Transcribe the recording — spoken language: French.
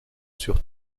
sur